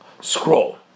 scroll